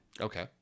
Okay